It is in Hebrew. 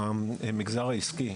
המגזר העסקי